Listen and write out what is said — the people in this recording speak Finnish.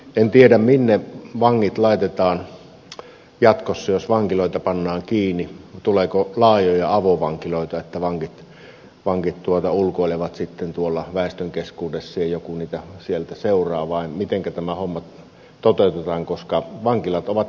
en tiedä minne vangit laitetaan jatkossa jos vankiloita pannaan kiinni tuleeko laajoja avovankiloita että vangit ulkoilevat väestön keskuudessa ja joku niitä siellä seuraa vai mitenkä tämä homma toteutetaan koska vankilat ovat käytännössä täynnä